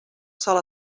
sol